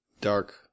dark